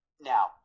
Now